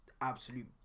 absolute